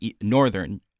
northern